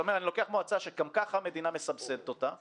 אתה אומר: אני לוקח מועצה שגם כך המדינה מסבסדת אותה,